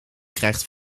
krijgt